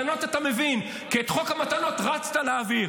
במתנות אתה מבין, כי את חוק המתנות רצת להעביר.